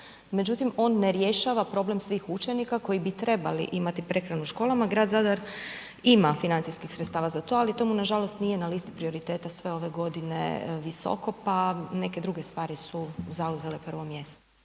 Međutim, on ne rješava problem svih učenika koji bi trebali imati prehranu u školama. Grad Zadar ima financijskih sredstava za to, ali to mu na žalost nije na listi prioriteta sve ove godine visoko, pa neke druge stvari su zauzele prvo mjesto.